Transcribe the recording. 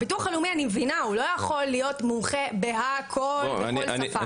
אני מבינה שהביטוח הלאומי לא יכול להיות מומחה להכל בכל שפה,